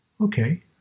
Okay